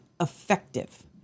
effective